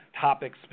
topics